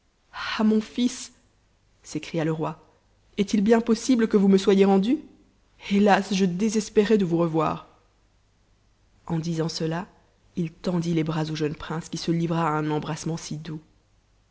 ah mon fils s'écria le roi est-il bien possibte que vous me soyez rendu hé as je désespérais de vous revoir a en disant cela il tendit les bras au jeune prince qui se livra à un embrassement si doux